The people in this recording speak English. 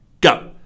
Go